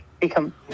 become